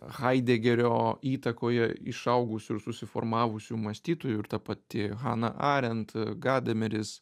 haidegerio įtakoje išaugusių ir susiformavusių mąstytojų ir ta pati hana arent gadameris